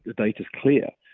they just clear,